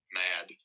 mad